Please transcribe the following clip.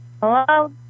hello